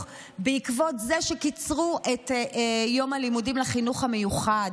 בעקבות זה שקיצרו את יום הלימודים לחינוך המיוחד,